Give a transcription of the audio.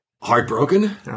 Heartbroken